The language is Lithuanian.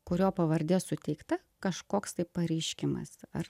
kurio pavardė suteikta kažkoks tai pareiškimas ar